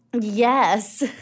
Yes